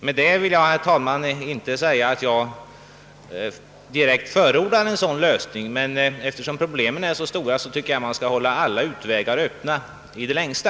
Med det vill jag dock inte säga att jag direkt förordar en sådan lösning, men eftersom problemen är så stora som fallet är, tycker jag man skall hålla alla vägar öppna i det längsta.